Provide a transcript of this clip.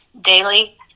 daily